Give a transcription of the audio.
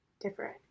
different